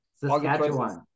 Saskatchewan